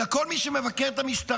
אלא כל מי שמבקר את המשטרה.